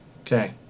Okay